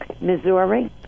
Missouri